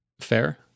fair